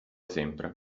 sempre